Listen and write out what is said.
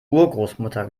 urgroßmutter